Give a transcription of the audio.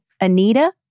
Anita